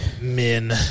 Men